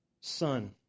son